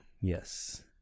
Yes